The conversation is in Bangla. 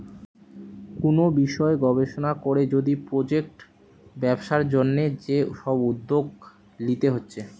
কুনু বিষয় গবেষণা কোরে যদি প্রজেক্ট ব্যবসার জন্যে যে সব উদ্যোগ লিতে হচ্ছে